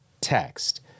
text